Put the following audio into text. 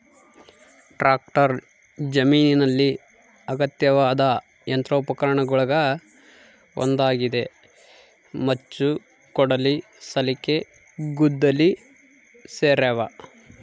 tractor ಜಮೀನಿನಲ್ಲಿ ಅಗತ್ಯವಾದ ಯಂತ್ರೋಪಕರಣಗುಳಗ ಒಂದಾಗಿದೆ ಮಚ್ಚು ಕೊಡಲಿ ಸಲಿಕೆ ಗುದ್ದಲಿ ಸೇರ್ಯಾವ